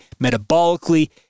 metabolically